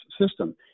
system